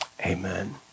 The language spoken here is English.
Amen